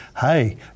hey